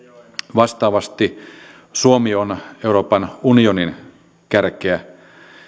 vastaavasti suomi on euroopan unionin kärkeä